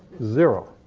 zero.